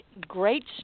great